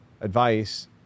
advice